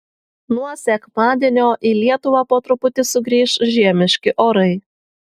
nuo sekmadienio į lietuvą po truputį sugrįš žiemiški orai